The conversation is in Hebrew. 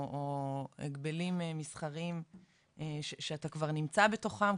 הגבלים מסחריים שאתה כבר נמצא בתוכם,